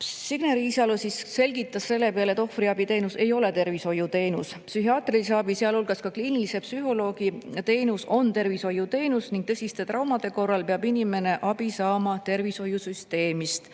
Signe Riisalo selgitas selle peale, et ohvriabiteenus ei ole tervishoiuteenus. Psühhiaatrilise abi, sealhulgas kliinilise psühholoogi teenus aga on tervishoiuteenus ning tõsiste traumade korral peab inimene abi saama tervishoiusüsteemist.